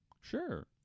sure